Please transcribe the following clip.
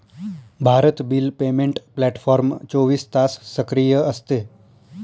Bharat bill payment platform चोवीस तास सक्रिय असते